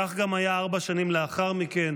כך גם היה ארבע שנים לאחר מכן,